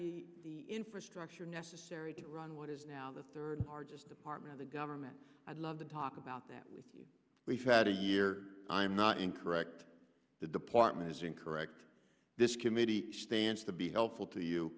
have the infrastructure necessary to run what is now the third largest department the government i'd love to talk about that we we've had a year i'm not incorrect the department is incorrect this committee stands to be helpful to you